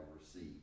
received